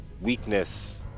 Weakness